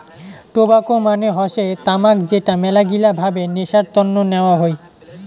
tobacco মানে হসে তামাক যেটা মেলাগিলা ভাবে নেশার তন্ন নেওয়া হই